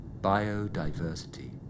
Biodiversity